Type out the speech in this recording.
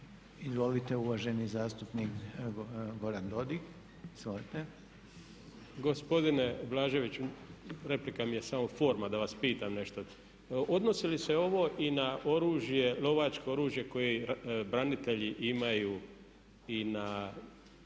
izvolite. **Dodig, Goran (HDS)** Gospodine Blaževiću, replika mi je samo forma da vas pitam nešto. Odnosi li se ovo i na oružje, lovačko oružje koje branitelji imaju i na